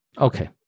Okay